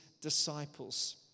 disciples